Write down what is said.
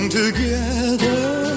together